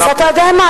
אז אתה יודע מה,